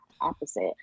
opposite